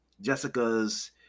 Jessica's